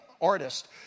artist